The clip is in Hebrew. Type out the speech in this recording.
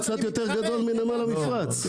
נמל אשדוד קצת יותר גדול מנמל המפרץ.